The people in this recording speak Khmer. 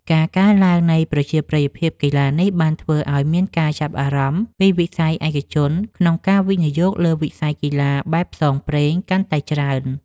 ការកើនឡើងនៃប្រជាប្រិយភាពកីឡានេះ បានធ្វើឱ្យមានការចាប់អារម្មណ៍ពីវិស័យឯកជនក្នុងការវិនិយោគលើវិស័យកីឡាបែបផ្សងព្រេងកាន់តែច្រើន។